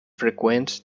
freqüents